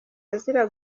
azize